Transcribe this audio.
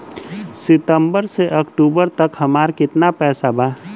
सितंबर से अक्टूबर तक हमार कितना पैसा बा?